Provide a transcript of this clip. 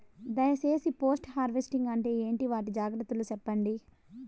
దయ సేసి post harvesting అంటే ఏంటి? వాటి జాగ్రత్తలు సెప్పండి?